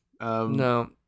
No